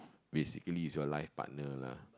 basically is your life partner lah